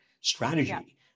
strategy